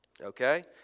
Okay